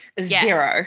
Zero